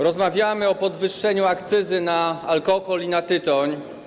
Rozmawiamy o podwyższeniu akcyzy na alkohol i tytoń.